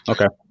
Okay